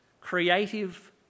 creative